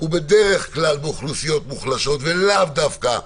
ובדרך כלל באוכלוסיות מוחלשות ולאו דווקא החרדית,